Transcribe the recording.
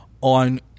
on